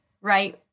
right